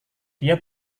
dia